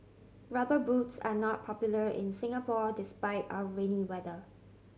Rubber Boots are not popular in Singapore despite our rainy weather